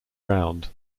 round